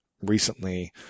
recently